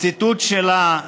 ציטוט שלה,